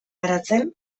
garatzen